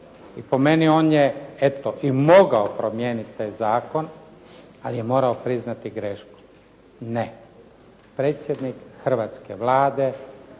i po meni on je eto i mogao promijeniti taj zakon ali je morao priznati grešku. Ne. Predsjednik hrvatske Vlade